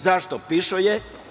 Zašto „pišoje“